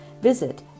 visit